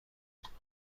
شدهاند